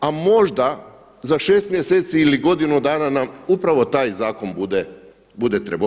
A možda za šest mjeseci ili godinu dana nam upravo taj zakon bude trebao.